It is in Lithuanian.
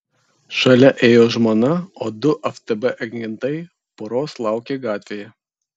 šalia ėjo žmona o du ftb agentai poros laukė gatvėje